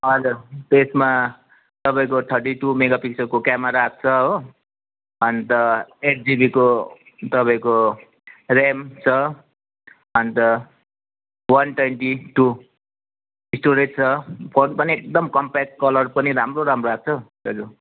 हजर त्यसमा तपाईँको थर्टी टू मेगा पिक्सलको क्यामेरा आएको छ हो अन्त एट जिबीको तपाईँको ऱ्याम छ and one twenty two storage छ फोन पनि एकदम कम्प्याक्ट कलर पनि राम्रो राम्रो आएको छ हौ दाजु